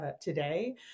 today